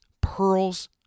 pearls